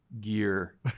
gear